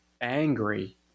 angry